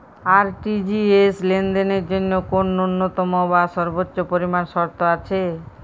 RTGS লেনদেনের জন্য কোন ন্যূনতম বা সর্বোচ্চ পরিমাণ শর্ত আছে?